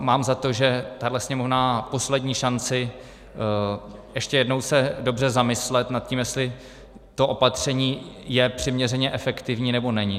Mám za to, že tahle Sněmovna má poslední šanci ještě jednou se dobře zamyslet nad tím, jestli to opatření je přiměřeně efektivní, nebo není.